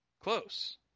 Close